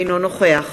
אינו נוכח